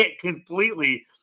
completely